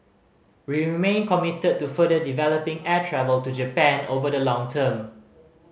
we remain committed to further developing air travel to Japan over the long term